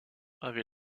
avait